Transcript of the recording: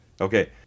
Okay